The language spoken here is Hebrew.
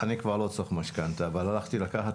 אני כבר לא צריך משכנתא אבל הלכתי לקחת